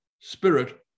spirit